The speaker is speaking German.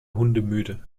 hundemüde